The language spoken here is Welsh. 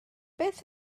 beth